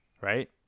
right